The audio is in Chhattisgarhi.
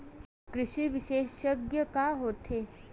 कृषि विशेषज्ञ का होथे?